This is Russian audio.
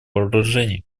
вооружений